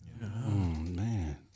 man